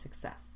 success